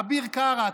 אביר קארה,